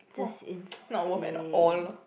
that's insane